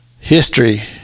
history